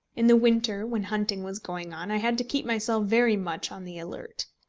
in the winter when hunting was going on, i had to keep myself very much on the alert.